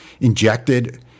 injected